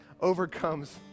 overcomes